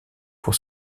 pour